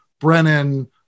Brennan